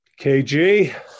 KG